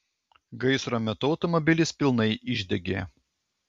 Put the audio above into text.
gaisro metu automobilis pilnai išdegė